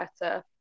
better